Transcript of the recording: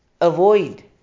avoid